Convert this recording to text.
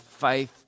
faith